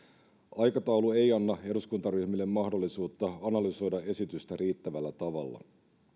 aikataulu ei anna eduskuntaryhmille mahdollisuutta analysoida esitystä riittävällä tavalla